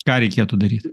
ką reikėtų daryt